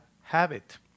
habit